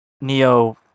Neo